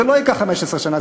זה לא ייקח 15 שנה,